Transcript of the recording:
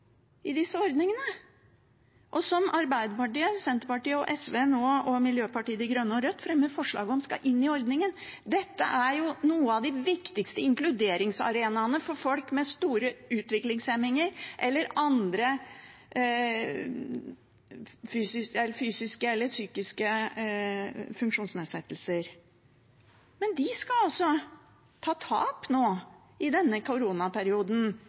i disse ordningene? Arbeiderpartiet, Senterpartiet, SV, Miljøpartiet De Grønne og Rødt fremmer forslag om at dette skal inn i ordningen. Dette er noen av de viktigste inkluderingsarenaene for folk med store utviklingshemninger eller andre fysiske eller psykiske funksjonsnedsettelser. Men de skal altså ta tap nå i denne